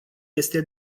este